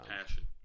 passion